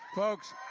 folks,